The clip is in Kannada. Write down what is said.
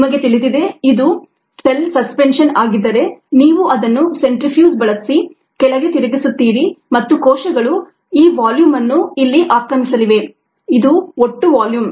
ನಿಮಗೆ ತಿಳಿದಿದೆ ಇದು ಸೆಲ್ ಸಸ್ಪೆನ್ಷನ್ ಆಗಿದ್ದರೆ ನೀವು ಅದನ್ನು ಸೆಂಟ್ರಿಫ್ಯೂಜ್centrifuge ಬಳಸಿ ಕೆಳಗೆ ತಿರುಗಿಸುತ್ತಿರಿ ಮತ್ತು ಕೋಶಗಳು ಈ ವಾಲ್ಯೂಮ್ಅನ್ನು ಇಲ್ಲಿ ಆಕ್ರಮಿಸಲಿವೆ ಇದು ಒಟ್ಟು ವಾಲ್ಯೂಮ್